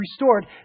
restored